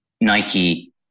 Nike